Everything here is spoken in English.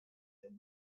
him